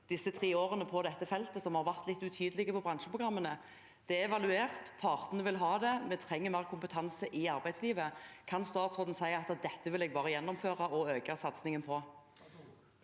disse tre årene som har vært litt utydelig på bransjeprogrammene. Det er evaluert. Partene vil ha det. Vi trenger mer kompetanse i arbeidslivet. Kan statsråden si at han vil gjennomføre og øke satsingen på